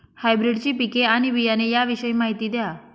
हायब्रिडची पिके आणि बियाणे याविषयी माहिती द्या